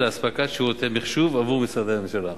לאספקת שירותי מחשוב עבור משרדי הממשלה.